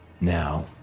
now